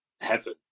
heaven